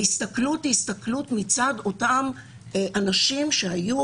ההסתכלות היא הסתכלות מצד אותם אנשים שהיו